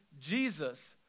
Jesus